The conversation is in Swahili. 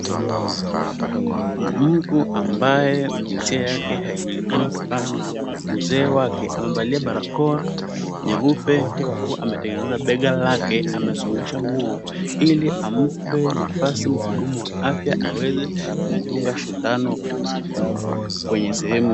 Mtu ambaye jinsia yake haijulikani kutokana na uzee wake, amevalia barakoa nyeupe huku ametengeneza bega lake amesongesha nguo ili ampe nafasi mhudumu wa afya aweze kumdunga sindano kwenye sehemu hiyo.